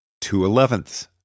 Two-elevenths